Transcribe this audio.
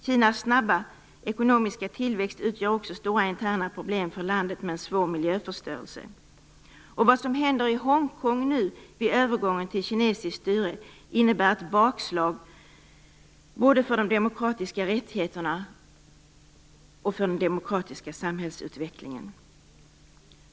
Kinas snabba ekonomiska tillväxt medför också stora interna problem för landet med svår miljöförstörelse. Och vad som händer i Hongkong nu vid övergången till kinesiskt styre innebär ett bakslag både för de demokratiska rättigheterna och för den demokratiska samhällsutvecklingen.